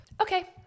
Okay